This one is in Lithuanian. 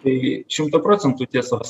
tai šimtą procentų tiesos